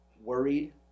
worried